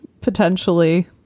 potentially